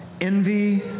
envy